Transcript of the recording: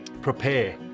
prepare